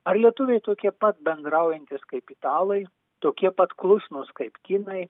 ar lietuviai tokie pat bendraujantys kaip italai tokie pat klusnūs kaip kinai